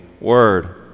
word